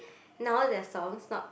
now their songs not